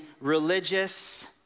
religious